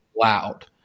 loud